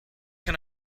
can